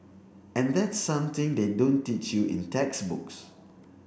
and that's something they don't teach you in textbooks